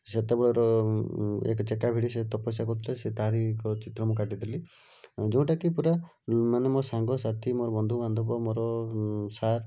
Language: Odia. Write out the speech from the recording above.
ସେତେବେଳର ଏକ ଚକା ଭିଡ଼ି ସେ ତପସ୍ୟା କରୁଥିଲେ ସେ ତାରି ଚିତ୍ର ମୁଁ କାଟିଥିଲି ଯେଉଁଟାକି ପୁରା ମାନେ ମୋ ସାଙ୍ଗସାଥି ମୋର ବନ୍ଧୁବାନ୍ଧବ ମୋର ସାର୍